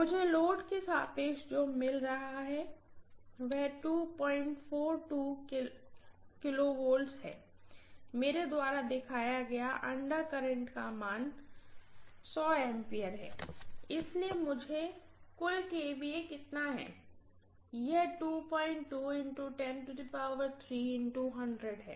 मुझे लोड के सापेक्ष में जो मिल रहा है वह KV है मेरे द्वारा दिखाया गया अंडर करंट का मान A है इसलिए कुल kVA कितना है यह है